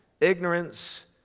ignorance